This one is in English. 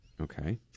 Okay